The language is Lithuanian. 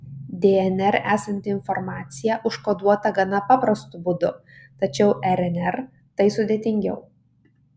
dnr esanti informacija užkoduota gana paprastu būdu tačiau rnr tai sudėtingiau